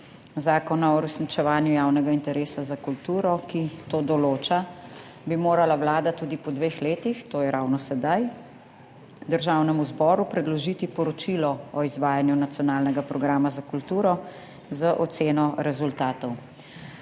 Zakona o uresničevanju javnega interesa za kulturo, ki to določa, bi morala Vlada tudi po dveh letih, to je ravno sedaj Državnemu zboru predložiti poročilo o izvajanju nacionalnega programa za kulturo z oceno rezultatov.